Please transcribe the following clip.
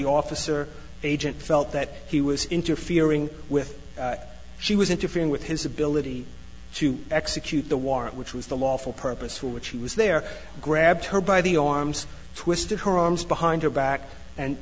warty officer agent felt that he was interfering with she was interfering with his ability to execute the warrant which was the lawful purpose for which he was there grabbed her by the arms twisted her arms behind her back and